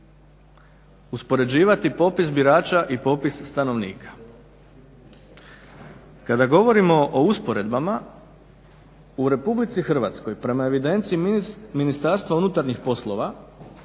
uspoređivati popis birača i popis stanovnika. Kada govorimo o usporedbama u RH prema evidenciji MUP-a ima ukupno